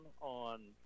on